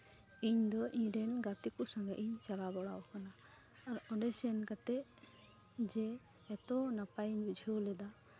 ᱤᱧᱫᱚ ᱤᱧᱨᱮᱱ ᱜᱟᱛᱮ ᱠᱚ ᱥᱚᱸᱜᱮᱜ ᱤᱧ ᱪᱟᱞᱟᱣ ᱵᱟᱲᱟ ᱠᱟᱱᱟ ᱟᱨ ᱚᱸᱰᱮ ᱥᱮᱱ ᱠᱟᱛᱮᱫ ᱡᱮᱦᱮᱛᱩ ᱱᱟᱯᱟᱭ ᱤᱧ ᱵᱩᱡᱷᱟᱹᱣ ᱞᱮᱫᱟ